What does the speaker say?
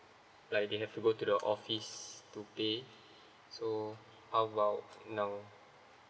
like they have to go to the office to pay so how about now